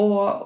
Och